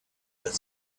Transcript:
that